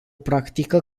practică